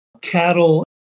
cattle